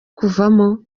kuvamo